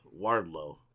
Wardlow